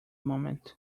moment